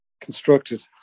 constructed